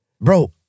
Bro